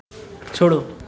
छोड़ो